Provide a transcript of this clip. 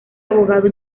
abogado